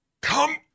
Come